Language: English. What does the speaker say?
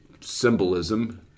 symbolism